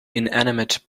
inanimate